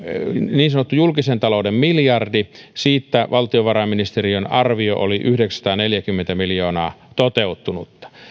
niin sanottu julkisen talouden miljardi siitä valtiovarainministeriön arvio oli yhdeksänsataaneljäkymmentä miljoonaa toteutunutta